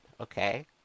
okay